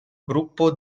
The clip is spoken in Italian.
gruppo